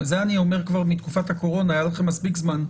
זה לא יהיה תענוג לנסוע מבית מעצר ולהגיע לדיון בבית